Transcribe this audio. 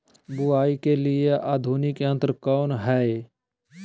बुवाई के लिए आधुनिक यंत्र कौन हैय?